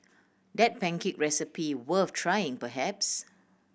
that pancake recipe worth trying perhaps